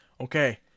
Okay